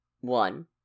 one